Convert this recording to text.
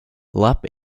lop